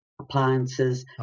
appliances